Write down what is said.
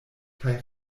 kaj